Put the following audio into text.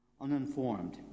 Uninformed